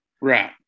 right